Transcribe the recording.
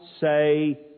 say